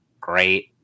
great